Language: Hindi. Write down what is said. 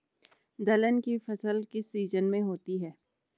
दलहन की फसल किस सीजन में होती है?